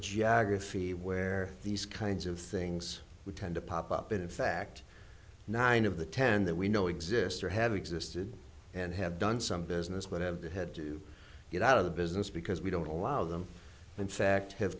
geography where these kinds of things we tend to pop up in fact nine of the ten that we know exist or have existed and have done some business but have had to get out of the business because we don't allow them in fact have